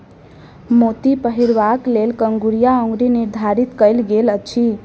मोती पहिरबाक लेल कंगुरिया अंगुरी निर्धारित कयल गेल अछि